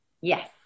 Yes